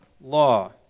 law